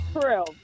True